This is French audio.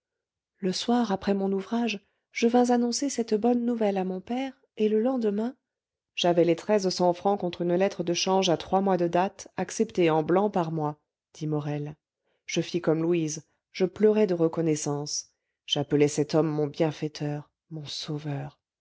le soir après mon ouvrage je vins annoncer cette bonne nouvelle à mon père et le lendemain j'avais les treize cents francs contre une lettre de change à trois mois de date acceptée en blanc par moi dit morel je fis comme louise je pleurai de reconnaissance j'appelai cet homme mon bienfaiteur mon sauveur